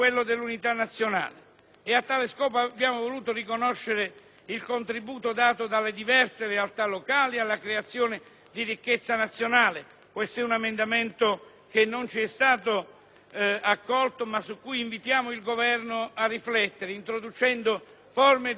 il contributo fornito dalle diverse realtà locali alla creazione di ricchezza nazionale. Questo era il contenuto di un nostro emendamento che non è stato accolto e su cui invitiamo il Governo a riflettere, introducendo forme di indennizzo per situazioni di particolare svantaggio